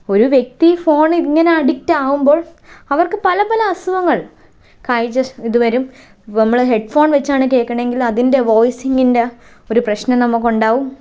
ഒരു വ്യക്തി ഫോൺ ഇങ്ങനെ അഡിക്റ്റാവുമ്പോൾ അവർക്ക് പല പല അസുഖങ്ങൾ കാഴ്ച ശ ഇതുവരും നമ്മള് ഹെഡ്ഫോൺ വെച്ചാണ് കേൾക്കണതെങ്കിൽ അതിന്റെ വോയിസിങ്ങിന്റെ ഒരു പ്രശ്നം നമുക്കുണ്ടാകും